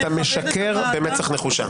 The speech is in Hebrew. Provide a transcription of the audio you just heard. אתה משקר במצח נחושה.